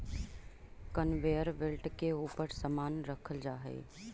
conveyor belt के ऊपर समान रखल जा हई